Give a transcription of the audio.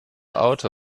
out